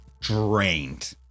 drained